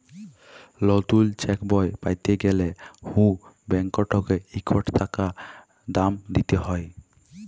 লতুল চ্যাকবই প্যাতে গ্যালে হুঁ ব্যাংকটতে ইকট টাকা দাম দিতে হ্যয়